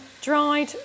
dried